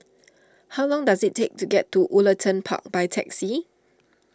how long does it take to get to Woollerton Park by taxi